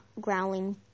growling